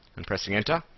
and pressing enter.